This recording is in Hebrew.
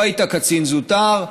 לא היית קצין זוטר.